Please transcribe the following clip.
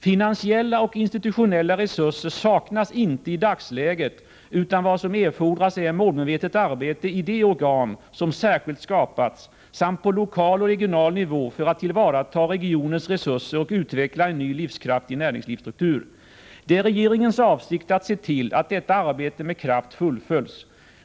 Finansiella och institutionella resurser saknas inte i dagsläget, utan vad som erfordras är målmedvetet arbete i de organ som särskilt skapats samt på lokal och regional nivå, för att tillvarata regionens resurser och utveckla en ny, livskraftig näringslivsstruktur. Det är regeringens avsikt att se till att detta arbete med kraft fullföljs.